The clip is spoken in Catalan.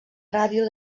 ràdio